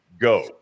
Go